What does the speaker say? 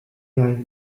jij